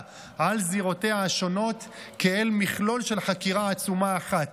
על זירותיה השונות כאל מכלול של חקירה עצומה אחת,